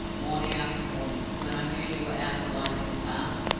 morning after morning, when i knew you were out alone in the park?